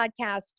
podcast